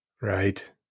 Right